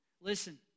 Listen